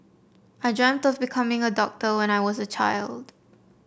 I dreamt of becoming a doctor when I was a child